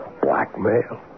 Blackmail